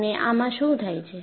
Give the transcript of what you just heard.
અને આમાં શું થાય છે